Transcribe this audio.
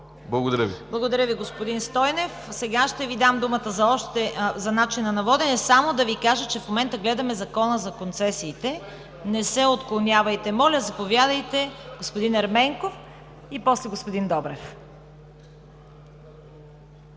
КАРАЯНЧЕВА: Благодаря Ви, господин Стойнев. Сега ще Ви дам думата за начина на водене. Само да Ви кажа, че в момента гледаме Закона за концесиите. Не се отклонявайте, моля! Заповядайте, господин Ерменков, и после – господин Добрев.